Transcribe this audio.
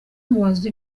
umubaza